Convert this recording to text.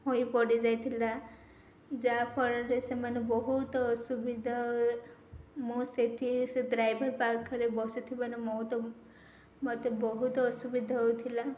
ହୋଇ ପଡ଼ିଯାଇଥିଲା ଯାହାଫଳରେ ସେମାନେ ବହୁତ ଅସୁବିଧା ମୁଁ ସେଠି ସେ ଡ୍ରାଇଭର୍ ପାଖରେ ବସିଥିବା ମୋତେ ବହୁତ ଅସୁବିଧା ହେଉଥିଲା